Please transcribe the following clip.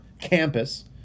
campus